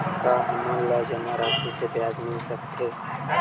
का हमन ला जमा राशि से ब्याज मिल सकथे?